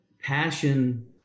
passion